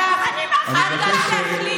ובמקום זה הלכת, עלובת נפש.